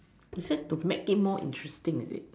you said to make it more interesting is it